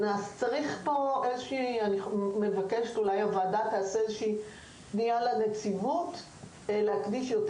אנחנו נבקש שהוועדה תעשה איזו שהיא פנייה לנציבות בבקשה להקדיש יותר